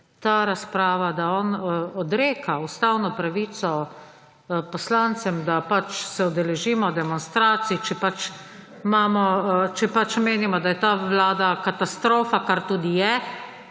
ta razprava, da on odreka ustavno pravico poslancem, da se udeležimo demonstracij, če pač menimo, da je ta vlada katastrofa − kar tudi je